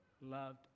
loved